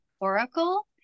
oracle